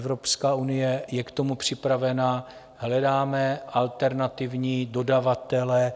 Evropská unie je k tomu připravena, hledáme alternativní dodavatele.